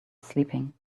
sleeping